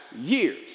years